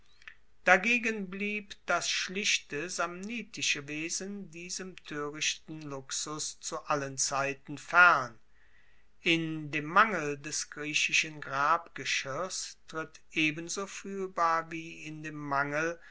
dagegen blieb das schlichte samnitische wesen diesem toerichten luxus zu allen zeiten fern in dem mangel des griechischen grabgeschirrs tritt ebenso fuehlbar wie in dem mangel